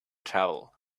travel